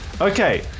okay